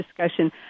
discussion